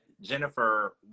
jennifer